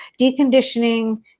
deconditioning